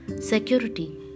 Security